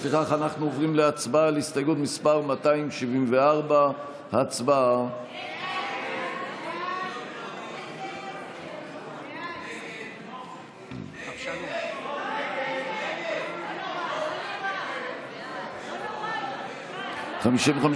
לפיכך אנחנו עוברים להצבעה על הסתייגות מס' 274. הצבעה.